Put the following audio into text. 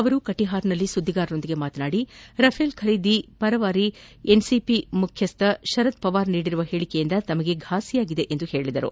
ಅವರು ಕಟಹಾರ್ನಲ್ಲಿ ಸುಧ್ದಿಗಾರರೊಂದಿಗೆ ಮಾತನಾಡಿ ರಫೆಲ್ ಖರೀದಿ ಪರವಾರಿ ಎನ್ಸಿಪಿ ಮುಖ್ಯಸ್ನ ಶರದ್ಪವಾರ್ ನೀಡಿರುವ ಹೇಳಿಕೆಯಿಂದ ತಮಗೆ ಫಾಸಿಯಾಗಿದೆ ಎಂದು ಹೇಳಿದ್ದಾರೆ